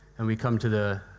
and we come to the